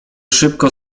szybko